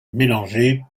mélangé